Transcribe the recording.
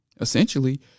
essentially